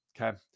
Okay